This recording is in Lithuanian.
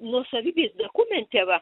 nuosavybės dokumente va